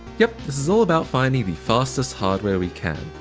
yep, this is all about finding the fastest hardware we can.